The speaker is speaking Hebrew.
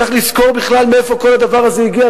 צריך לזכור בכלל מאיפה כל הדבר הזה הגיע,